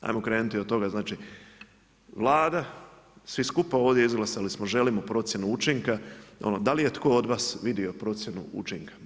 Hajmo krenuti od toga, znači Vlada, svi skupa ovdje izglasali smo, želimo procjenu učinka, ono da li je tko od vas vidio procjenu učinka.